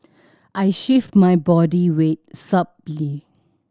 I shift my body weight